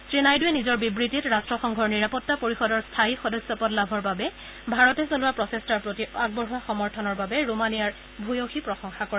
শ্ৰীনাইডুৰে নিজৰ বিবৃতিত ৰট্টসংঘৰ নিৰাপত্তা পৰিষদৰ স্থায়ী সদস্যপদ লাভৰ বাবে ভাৰতে চলোৱা প্ৰচেষ্টাৰ প্ৰতি আগবঢ়োৱা সমৰ্থনৰ বাবে ৰোমানিয়াৰ ভূয়সী প্ৰশংসা কৰে